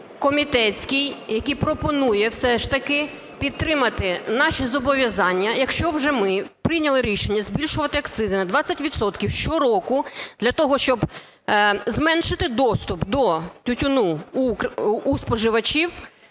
комітетський, який пропонує все ж таки підтримати наші зобов'язання. Якщо вже ми прийняли рішення збільшувати акцизи на 20 відсотків щороку для того, щоб зменшити доступ до тютюну у споживачів,